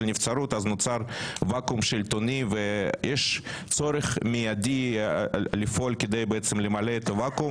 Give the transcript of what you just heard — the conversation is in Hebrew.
נבצרות אז נוצר ואקום שלטוני ויש צורך מיידי לפעול כדי למלא את הוואקום